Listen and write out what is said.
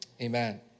Amen